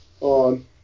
on